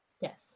yes